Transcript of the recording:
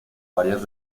varias